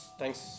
thanks